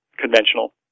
conventional